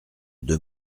deux